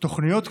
תוכניות קיימות,